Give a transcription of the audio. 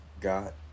got